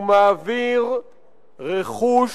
הוא מעביר רכוש